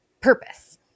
purpose